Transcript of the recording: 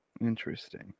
Interesting